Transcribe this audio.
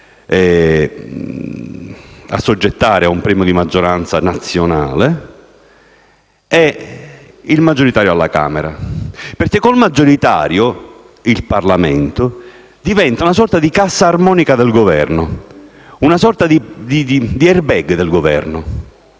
assoggettare ad un premio di maggioranza nazionale e il maggioritario alla Camera. Con il maggioritario infatti il Parlamento diventa una sorta di cassa armonica del Governo, una sorta di *airbag* del Governo: